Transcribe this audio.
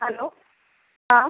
hello हा